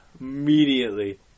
Immediately